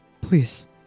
please